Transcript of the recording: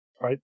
Right